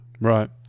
Right